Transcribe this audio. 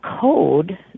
code